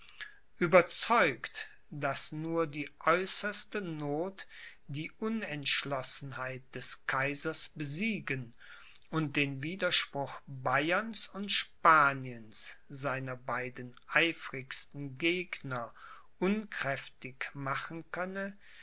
ueberzeugt daß nur die äußerste noth die unentschlossenheit des kaisers besiegen und den widerspruch bayerns und spaniens seiner beiden eifrigsten gegner unkräftig machen könne